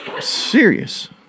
Serious